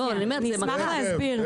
רק שנייה, אני אשמח להסביר.